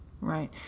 Right